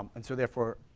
and so therefore,